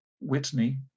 whitney